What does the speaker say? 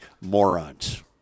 morons